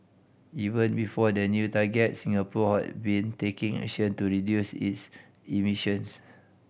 even before the new targets Singapore had been taking action to reduce its emissions